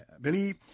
believe